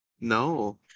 No